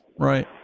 Right